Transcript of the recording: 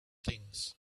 things